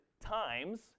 times